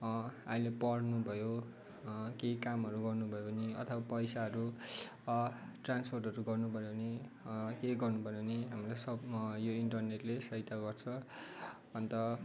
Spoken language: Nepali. अहिले पढ्नु भयो केही कामहरू गर्नु भयो भने अथवा पैसाहरू ट्रान्सफरहरू गर्नु भयो भने केही गर्नुपऱ्यो भने हामीलाई सबमा यो इन्टरनेटले सहायता गर्छ अन्त